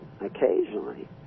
occasionally